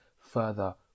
further